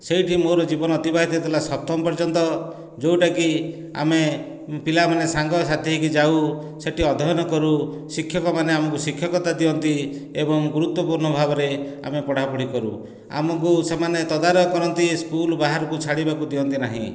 ସେଇଟି ମୋର ଜୀବନ ଅତିବାହିତ ହେଇଥିଲା ସପ୍ତମ ପର୍ଯ୍ୟନ୍ତ ଯେଉଁଟାକି ଆମେ ପିଲାମାନେ ସାଙ୍ଗସାଥି ହୋଇକି ଯାଉ ସେଇଠି ଅଧ୍ୟୟନ କରୁ ଶିକ୍ଷକମାନେ ଆମକୁ ଶିକ୍ଷକତା ଦିଅନ୍ତି ଏବଂ ଗୁରୁତ୍ୱପୂର୍ଣ ଭାବରେ ଆମେ ପଢ଼ାପଢ଼ି କରୁ ଆମକୁ ସେମାନେ ତଦାରଖ କରନ୍ତି ସ୍କୁଲ୍ ବାହାରକୁ ଛାଡ଼ିବାକୁ ଦିଅନ୍ତି ନାହିଁ